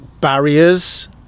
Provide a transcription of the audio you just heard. barriers